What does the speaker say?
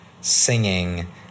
singing